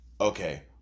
okay